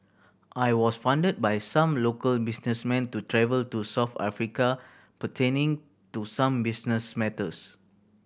I was funded by some local businessmen to travel to South Africa pertaining to some business matters